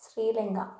Sri Lanka